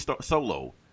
Solo